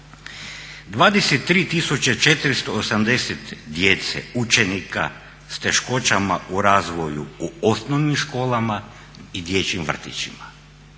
23 480 djece, učenika s teškoćama u razvoju u osnovnim školama i dječjim vrtićima.